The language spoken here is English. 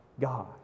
God